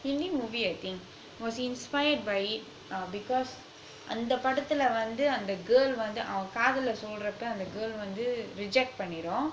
hindi movie I think I was inspired by it because அந்த படத்துல வந்து அந்த:antha paduthula vanthu antha girl வந்து அவன் காதல சொல்றப்ப அந்த:vanthu avan kathala solrappa antha girl வந்து:vanthu reject பன்னீரும்:panneerum